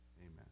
Amen